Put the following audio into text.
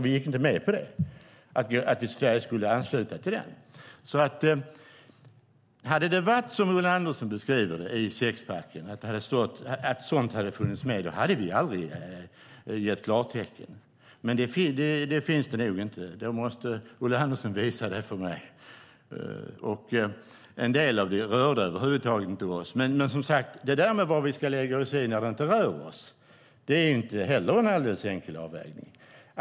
Vi gick inte med på att Sverige skulle ansluta sig till den. Om det hade varit som Ulla Andersson säger och att sådant hade funnits med i sexpacken hade vi aldrig gett klartecken. Nu finns det nog inget sådant - det måste Ulla Andersson visa för mig i så fall. En del av det som ingår rör över huvud taget inte oss. Detta med vad vi ska lägga oss i när det inte rör oss är inte heller en alldeles enkel avvägning.